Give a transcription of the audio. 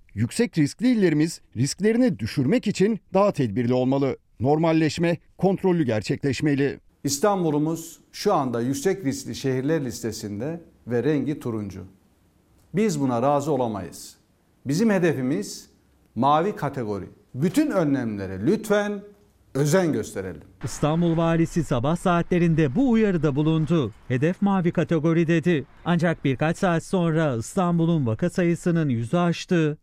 Yüksek riskli illerimiz risklerini düşürmek için daha tedbirli olmalı. Normalleşme, kontrollü gerçekleşmeli. İstanbul'umuz şu anda yüksek riskli şehirler listesinde ve rengi turuncu. Biz buna razı olamayız. Bizim hedefimiz mavi kategori. Bütün önlemlere lütfen özen gösterelim. İstanbul valisi sabah saatlerinde bu uyarıda bulundu. Hedef mavi kategori dedi. Ancak birkaç saat sonra İstanbul'un vaka sayısının 100'ü aştı.